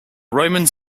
romans